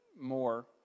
more